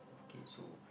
okay so